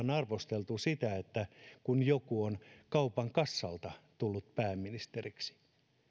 on arvosteltu sitä kun joku on kaupan kassalta tullut pääministeriksi